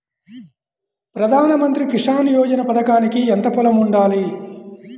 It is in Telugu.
ప్రధాన మంత్రి కిసాన్ యోజన పథకానికి ఎంత పొలం ఉండాలి?